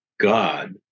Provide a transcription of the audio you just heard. God